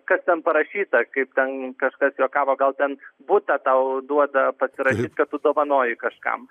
kas ten parašyta kaip ten kažkas juokavo gal ten butą tau duoda pasirašyt kad tu dovanoji kažkam